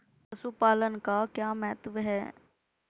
पशुपालन का क्या महत्व है?